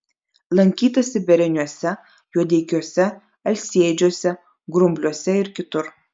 lankytasi bereniuose juodeikiuose alsėdžiuose grumbliuose ir kitur